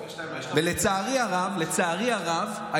ולצערי הרב,